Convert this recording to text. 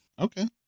Okay